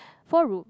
four room